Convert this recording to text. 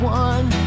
one